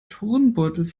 turnbeutel